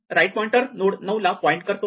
right pointer node 9 ला point करतो